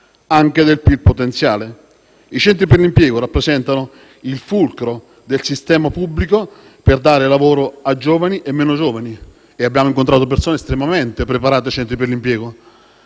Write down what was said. anche del PIL potenziale. I centri per l'impiego rappresentano il fulcro del sistema pubblico per dare lavoro a giovani e meno giovani; e abbiamo incontrato persone estremamente preparate nei centri per l'impiego.